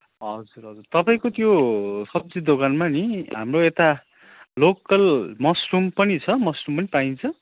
हजुर हजुर तपाईँको त्यो सब्जी दोकानमा नि हाम्रो यता लोकल मसरुम पनि छ मसरुम पनि पाइन्छ